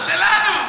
שלנו.